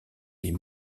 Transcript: des